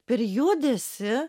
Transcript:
per judesį